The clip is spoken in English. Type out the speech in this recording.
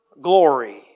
glory